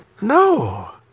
No